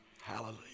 Hallelujah